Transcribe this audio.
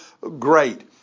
great